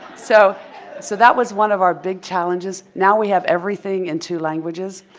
so so that was one of our big challenges. now we have everything in two languages.